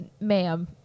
ma'am